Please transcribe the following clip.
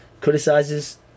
criticizes